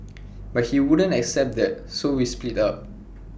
but he wouldn't accept that so we split up